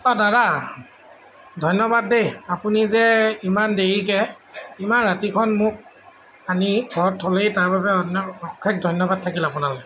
অঁ দাদা ধন্যবাদ দেই আপুনি যে ইমান দেৰিকৈ ইমান ৰাতিখন মোক আনি ঘৰত থলেহি তাৰ বাবে আপোনাক অশেষ ধন্যবাদ থাকিল আপোনালৈ